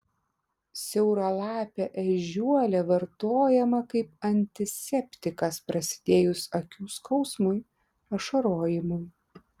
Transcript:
siauralapė ežiuolė vartojama kaip antiseptikas prasidėjus akių skausmui ašarojimui